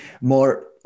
more